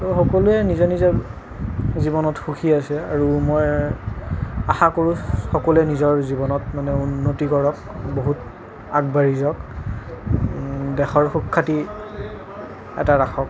তো সকলোৱে নিজৰ নিজৰ জীৱনত সুখী আছে আৰু মই আশা কৰোঁ সকলোৱে নিজৰ জীৱনত মানে উন্নতি কৰক বহুত আগবাঢ়ি যাওক দেশৰ সুখ্যাতি এটা ৰাখক